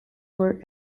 were